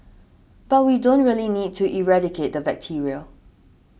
but we don't really need to eradicate the bacteria